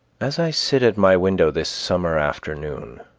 as i sit at my window this summer afternoon,